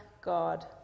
God